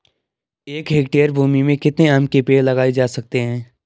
एक हेक्टेयर भूमि में कितने आम के पेड़ लगाए जा सकते हैं?